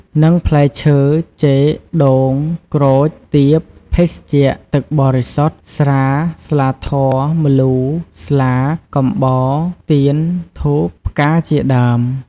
និងផ្លែឈើ ចេក ដូង ក្រូច ទៀប ភេសជ្ជៈ ទឹកបរិសុទ្ធ ស្រា ស្លាធម៌ ម្លូ ស្លា កំបោរ ទៀន ធូប ផ្កាជាដើម។